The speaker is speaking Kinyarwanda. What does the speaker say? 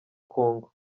congo